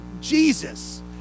Jesus